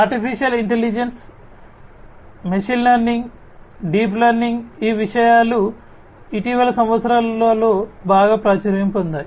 artificial intelligence ML machine learning deep learning ఈ విషయాలు ఇటీవలి సంవత్సరాలలో బాగా ప్రాచుర్యం పొందాయి